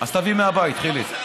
אז תביא מהבית, חיליק.